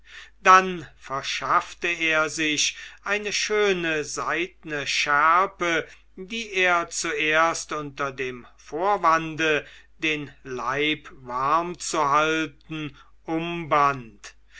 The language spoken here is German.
dann verschaffte er sich eine schöne seidne schärpe die er zuerst unter dem vorwande den leib warm zu halten umband